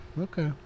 okay